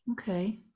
Okay